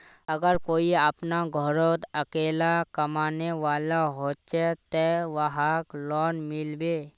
अगर कोई अपना घोरोत अकेला कमाने वाला होचे ते वहाक लोन मिलबे?